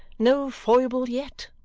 no foible yet?